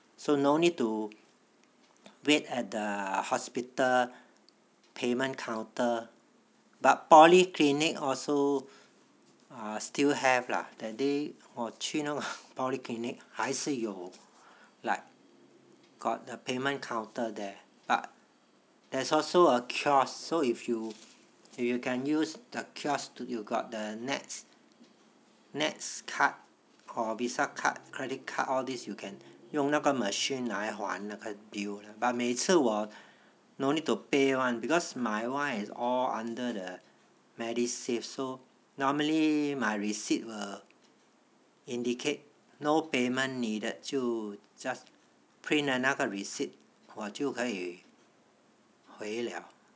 so no need to wait at the hospital payment counter but polyclinc also uh still have lah that day 我去弄 polyclinic 还是有 like got the payment counter there but there is also a kiosk so if you if you can use the kiosk you got the nets card or visa card credit card all these you can 用那个 machine 来还那个 bill but 每次我 don't need to pay [one] because my one is all under the medisave so normally my receipt will indicate the no payment needed 就 just print 了那个 receipt 我就可以回了